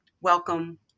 Welcome